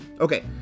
Okay